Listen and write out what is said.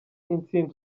intsinzi